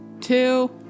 two